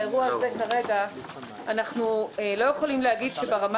באירוע הזה כרגע אנחנו לא יכולים להגיד שברמה